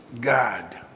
God